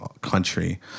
country